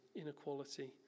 inequality